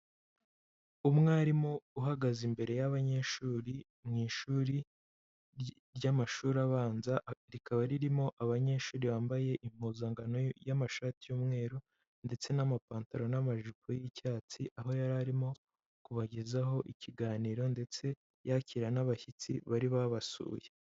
Umwarimu uhagaze imbere y'abanyeshuri mu ishuri ry'amashuri abanza, rikaba ririmo abanyeshuri bambaye impuzankano y'amashati y'umweru ndetse n'amapantaro n'amajipo y'icyatsi. Aho yari arimo kubagezaho ikiganiro ndetse yakira n'abashyitsi bari babasuye.